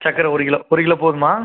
சக்கரை ஒரு கிலோ ஒரு கிலோ போதுமா